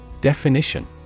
Definition